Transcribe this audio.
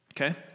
okay